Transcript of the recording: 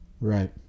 Right